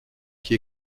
qui